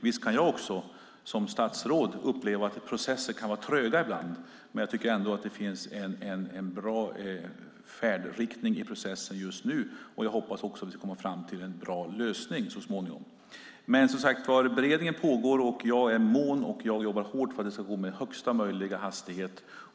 Visst kan jag som statsråd uppleva att processer kan vara tröga ibland, men jag tycker att det finns en bra färdriktning i processen. Jag hoppas att vi ska komma fram till en bra lösning så småningom. Beredningen pågår, som sagt. Jag är mån om och jobbar hårt för att det ska gå med högsta möjliga hastighet.